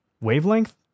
wavelength